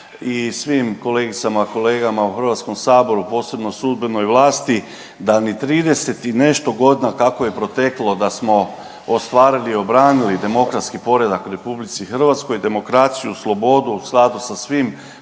i svim kolegicama, kolegama u Hrvatskom saboru posebno sudbenoj vlasti da ni 30 i nešto godina od kako je proteklo da smo ostvarili, obranili demokratski poredak RH demokraciju, slobodu sada sa svim